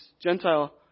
Gentile